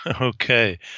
Okay